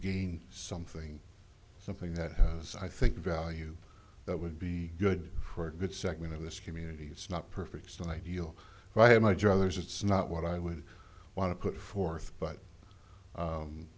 gain something something that has i think a value that would be good for a good segment of this community it's not perfect and ideal if i had my druthers it's not what i would want to put forth but